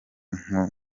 nko